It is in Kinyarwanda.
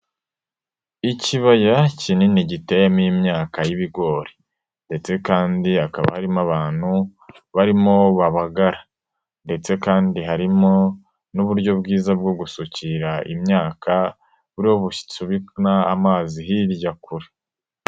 Ikibaya kinini giteyemo imyaka y'ibigori ndetse kandi hakaba harimo abantu barimo babagara ndetse kandi harimo n'uburyo bwiza bwo gusukira imyaka buriho busunika amazi hirya kure.